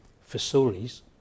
facilities